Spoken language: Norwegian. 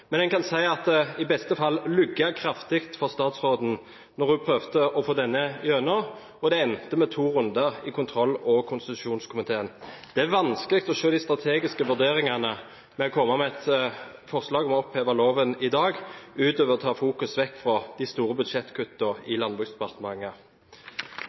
men en kan si at det i beste fall lugget kraftig for statsråden da hun prøvde å få det gjennom, og det endte med to runder i kontroll- og konstitusjonskomiteen. Det er vanskelig å se de strategiske vurderingene ved å komme med et forslag om å oppheve loven i dag, utover å ta fokus vekk fra de store